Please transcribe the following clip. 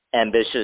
ambitious